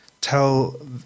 tell